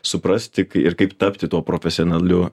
suprasti kai ir kaip tapti tuo profesionaliu